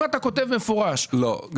אם אתה כותב במפורש --- לא,